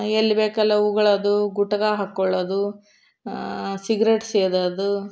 ಎಲ್ಲಿ ಬೇಕಲ್ಲೇ ಉಗುಳೋದು ಗುಟ್ಕಾ ಹಾಕ್ಕೊಳ್ಳೋದು ಸೀಗ್ರೆಟ್ ಸೇದೋದು